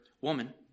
Woman